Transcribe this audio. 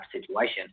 situation